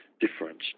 difference